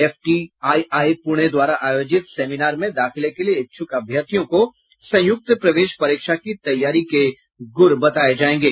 FTII Pune द्वारा आयोजित seminar में दाखिले के लिये इच्छुक अभ्यर्थियों को संयुक्त प्रवेश परीक्षा की तैयारी के गुर बताये जायेंगे